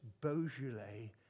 Beaujolais